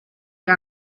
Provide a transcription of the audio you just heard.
era